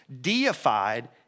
deified